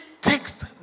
takes